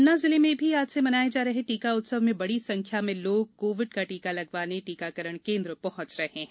पन्ना जिले में भी आज से मनाये जा रहे टीका उत्सव मे बड़ी संख्या में लोग कोविड का टीका लगवाने टीकाकरण केंद्र पहुच रहे है